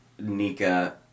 Nika